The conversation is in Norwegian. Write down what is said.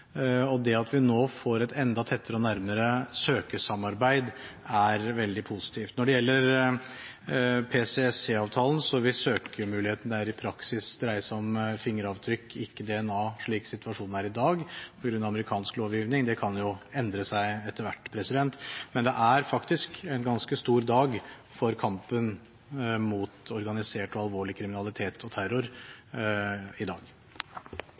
Det at vi nå får et enda tettere og nærmere søkesamarbeid, er veldig positivt. Når det gjelder PCSC-avtalen, vil søkemuligheten der i praksis dreie seg om fingeravtrykk, ikke DNA, slik situasjonen er i dag, på grunn av amerikansk lovgivning. Det kan jo endre seg etter hvert. Det er faktisk en ganske stor dag i dag for kampen mot organisert og alvorlig kriminalitet og terror.